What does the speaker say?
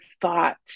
thought